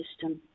system